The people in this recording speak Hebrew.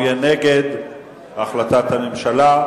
הוא יהיה נגד החלטת הממשלה.